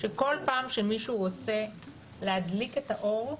שכל פעם שמישהו רוצה להדליק את האור,